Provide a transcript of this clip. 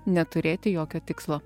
neturėti jokio tikslo